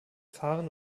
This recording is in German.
fahren